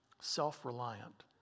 Self-reliant